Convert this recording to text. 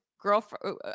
girlfriend